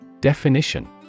Definition